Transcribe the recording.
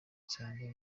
cyane